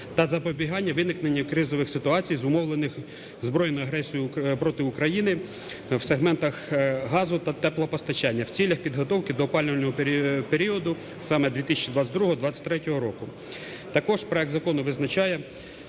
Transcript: та запобігання виникненню кризових ситуацій, зумовлених збройною агресією проти України, в сегментах газо- та теплопостачання в цілях підготовки до опалювального періоду саме 2022-2023 року. Також проект закону визначає